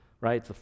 right